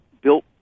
built